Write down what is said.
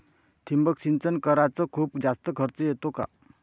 ठिबक सिंचन कराच खूप जास्त खर्च येतो का?